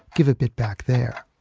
give a bit back there.